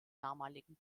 damaligen